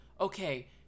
okay